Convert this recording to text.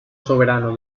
soberano